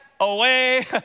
away